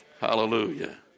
Hallelujah